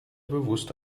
bewusst